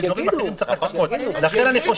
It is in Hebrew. ואזורים אחרים לכן אני לא